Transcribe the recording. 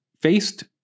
faced